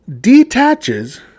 detaches